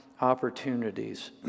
opportunities